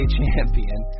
champion